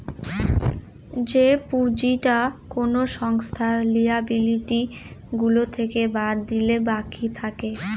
যে পুঁজিটা কোনো সংস্থার লিয়াবিলিটি গুলো থেকে বাদ দিলে বাকি থাকে